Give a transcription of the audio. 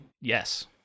Yes